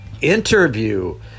interview